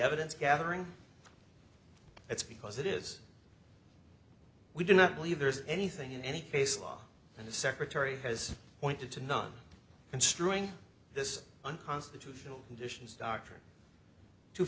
evidence gathering it's because it is we do not believe there is anything in any case law and the secretary has pointed to none construing this unconstitutional conditions doct